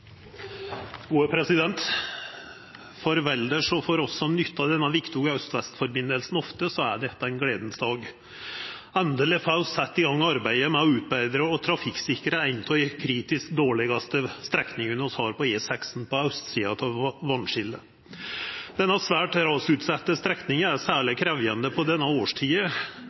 For Valdres og for oss som nyttar denne viktige aust–vest-forbindelsen ofte, er dette ein gledas dag. Endeleg får vi satt i gang arbeidet med å utbetra og trafikksikra ein av dei kritisk dårlegaste strekningane vi har på E16 på austsida av vasskiljet. Denne svært rasutsette strekninga er særleg krevjande på denne årstida